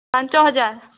ପାଞ୍ଚ ହଜାର